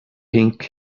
pink